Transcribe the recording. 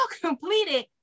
completed